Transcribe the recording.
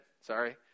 Sorry